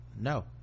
no